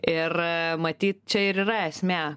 ir matyt čia ir yra esmė